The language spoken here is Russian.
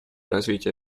развития